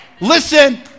Listen